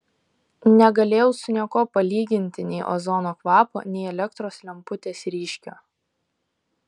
negalėjau su niekuo palyginti nei ozono kvapo nei elektros lemputės ryškio